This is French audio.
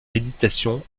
méditation